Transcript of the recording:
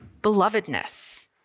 belovedness